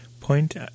point